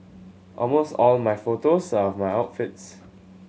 almost all my photos are of my outfits